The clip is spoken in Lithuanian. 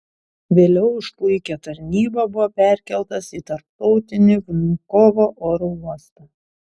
vėliau už puikią tarnybą buvo perkeltas į tarptautinį vnukovo oro uostą